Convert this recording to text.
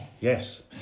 Yes